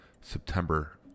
September